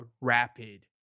rapid